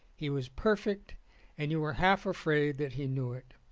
he was perfect and you were half afraid that he knew it,